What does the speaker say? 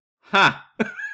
ha